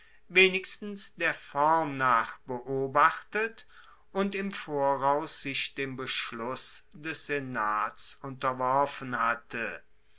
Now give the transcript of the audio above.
wenigstens der form nach beobachtet und im voraus sich dem beschluss des senats unterworfen hatte